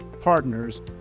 partners